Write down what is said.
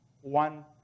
one